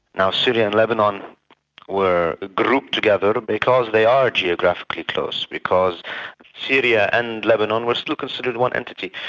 now syria and lebanon were grouped together because they are geographically close, because syria and lebanon were still considered one entity.